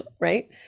right